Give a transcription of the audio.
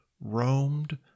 roamed